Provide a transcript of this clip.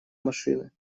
машины